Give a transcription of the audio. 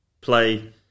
play